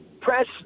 press